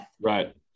Right